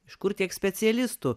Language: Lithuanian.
iš kur tiek specialistų